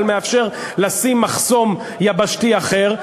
אבל מאפשר לשים מחסום יבשתי אחר,